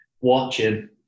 watching